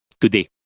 today